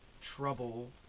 trouble